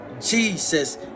Jesus